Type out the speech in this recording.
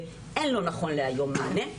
ואין לו נכון להיום מענה.